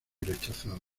rechazado